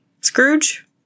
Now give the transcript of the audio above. Scrooge